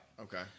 Okay